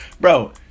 Bro